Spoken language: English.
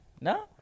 No